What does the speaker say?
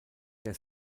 der